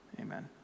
Amen